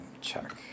check